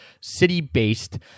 city-based